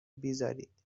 بیزارید